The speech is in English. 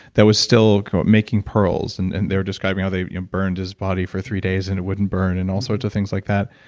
that was still making pearls. and and they described how they burned his body for three days and it wouldn't burn, and all sort of things like that.